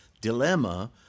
dilemma